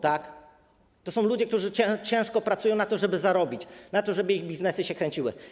To są ludzie, którzy ciężko pracują na to, żeby zarobić, na to, żeby ich biznesy się kręciły.